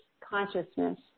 consciousness